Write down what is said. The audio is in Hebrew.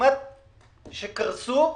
וכמעט שקרסו,